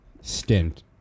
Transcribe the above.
stint